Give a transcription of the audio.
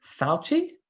Fauci